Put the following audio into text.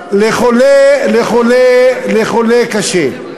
לחולה קשה.